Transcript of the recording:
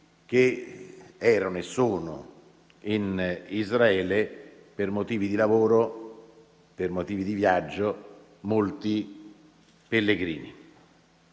che erano e sono in Israele per motivi di lavoro, di viaggio, molti sono pellegrini.